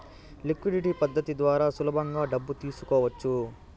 liquidity పద్ధతి ద్వారా సులభంగా డబ్బు తీసుకోవచ్చు